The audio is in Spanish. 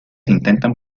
intentan